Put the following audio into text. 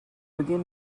begin